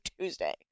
tuesday